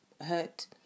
hurt